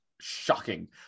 Shocking